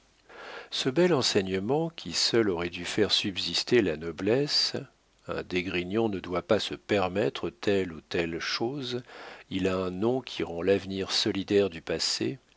ce bel enseignement qui seul aurait dû faire subsister la noblesse un d'esgrignon ne doit pas se permettre telle ou telle chose il a un nom qui rend l'avenir solidaire du passé